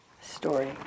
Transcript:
story